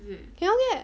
cannot get